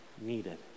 needed